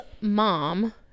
mom